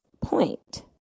point